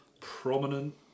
prominent